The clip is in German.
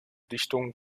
dichtung